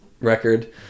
record